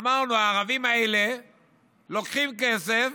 אמרנו: הערבים האלה לוקחים כסף